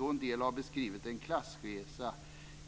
En del beskriver det som att de har gjort en klassresa